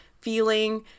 feeling